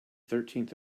thirteenth